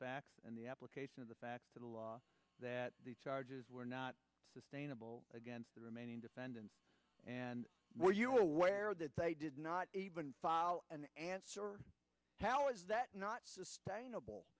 facts and the application of the facts to the law that the charges were not sustainable against the remaining defendants and were you aware that they did not even file an answer how is that not sustainable